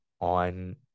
on